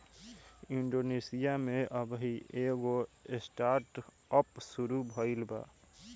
Indonesia में अबही एगो स्टार्टअप शुरू भईल बा